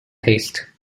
taste